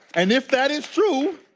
and if that is true,